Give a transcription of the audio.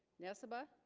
nessebar